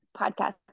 podcast